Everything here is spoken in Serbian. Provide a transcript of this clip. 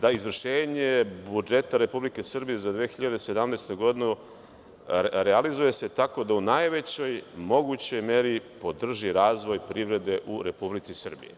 da izvršenje budžeta Republike Srbije za 2017. godinu realizuje se tako da u najvećoj mogućoj meri podrži razvoj privrede u Republici Srbiji.